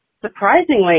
surprisingly